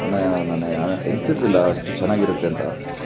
ನಾನು ನಾನೆ ಎಣಿಸಿರಲಿಲ್ಲ ಅಷ್ಟು ಚೆನ್ನಾಗಿರುತ್ತೆ ಅಂತ